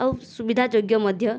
ଆଉ ସୁବିଧା ଯୋଗ୍ୟ ମଧ୍ୟ